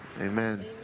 Amen